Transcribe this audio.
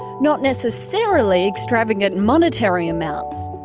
not necessarily extravagant monetary amounts.